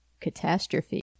Catastrophe